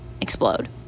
explode